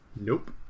Nope